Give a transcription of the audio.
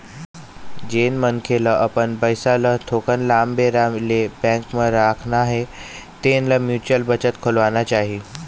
जेन मनखे ल अपन पइसा ल थोकिन लाम बेरा ले बेंक म राखना हे तेन ल म्युचुअल बचत खोलवाना चाही